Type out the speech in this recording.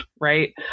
right